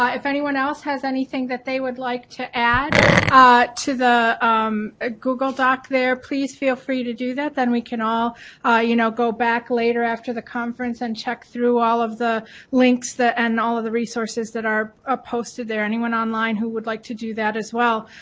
ah if anyone else has anything that they would like to add ah to the um ah google doc there please feel free to do that, then we can all ah you know go back later after the conference and check through all of the links and all of the resources that are ah posted there, anyone online who would like to do that as well,